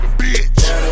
bitch